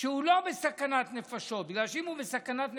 שהוא לא בסכנת נפשות, בגלל שאם הוא בסכנת נפשות,